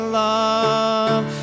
love